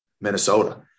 Minnesota